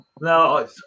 no